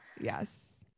Yes